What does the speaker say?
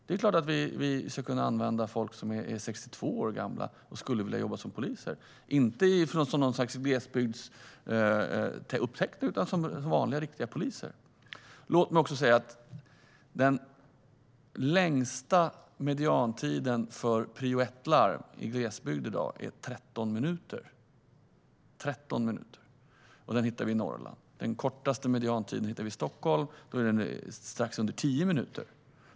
Det är klart att vi ska kunna använda personer som är 62 år gamla och vill jobba som polis, inte som något slags glesbygdstäckning utan som vanliga och riktiga poliser. Låt mig också säga att den längsta mediantiden för prio 1-larm i glesbygd i dag är 13 minuter. Den hittar vi i Norrland. Den kortaste mediantiden hittar vi i Stockholm, och den är strax under 10 minuter.